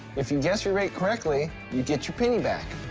if you guess your weight correctly, you get your penny back.